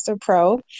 Pro